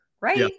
Right